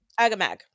Agamag